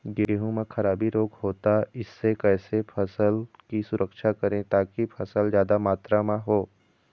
गेहूं म खराबी रोग होता इससे कैसे फसल की सुरक्षा करें ताकि फसल जादा मात्रा म हो?